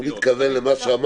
הוא מתכוון למה שאת